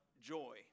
joy